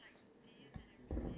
stingray yes